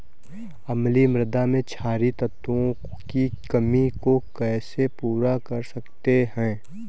अम्लीय मृदा में क्षारीए तत्वों की कमी को कैसे पूरा कर सकते हैं?